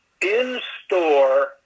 In-store